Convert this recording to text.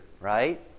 right